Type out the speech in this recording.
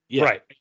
right